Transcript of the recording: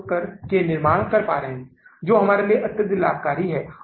प्राप्तियां अधिक है या संवितरण नहीं हैं या हमारा शुद्ध शेष क्या है